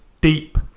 deep